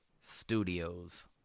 studios